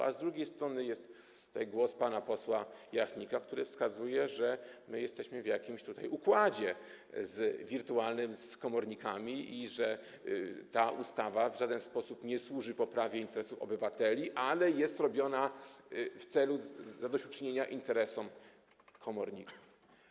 A z drugiej strony jest tutaj głos pana posła Jachnika, który wskazuje, że jesteśmy w jakimś wirtualnym układzie z komornikami i że ta ustawa w żaden sposób nie służy poprawie interesów obywateli, ale jest tworzona w celu zadośćuczynienia interesom komorników.